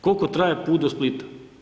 Koliko traje put do Splita?